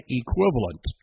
equivalent